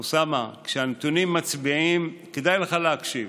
אוסאמה, הנתונים מצביעים, כדאי לך להקשיב.